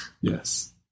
Yes